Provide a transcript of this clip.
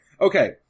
okay